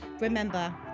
Remember